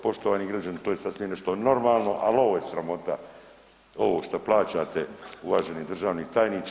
Poštovani građani to je sasvim nešto normalno, al ovo je sramota, ovo što plaćate uvaženi državni tajniče.